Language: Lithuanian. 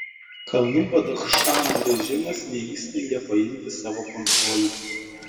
kalnų badachšano režimas neįstengia paimti savo kontrolėn